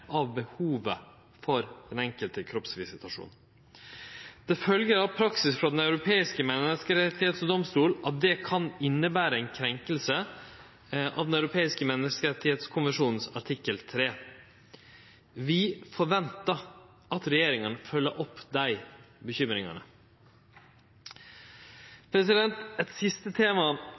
av behovet for den enkelte kroppsvisitasjonen. Det følgjer av praksis frå Den europeiske menneskerettsdomstolen at det kan innebere ei krenking av Den europeiske menneskerettskonvensjonens artikkel 3. Vi forventar at regjeringa følgjer opp dei bekymringane. Eit siste tema